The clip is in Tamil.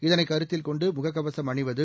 இதனை கருத்தில் கொண்டு முக கவசும் அணிவது